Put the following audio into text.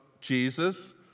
Jesus